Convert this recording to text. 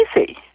easy